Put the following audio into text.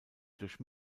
durch